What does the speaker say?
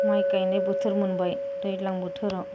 माइ गायनाय बोथोर मोनबाय दैलां बोथोराव